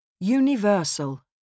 Universal